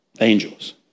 Angels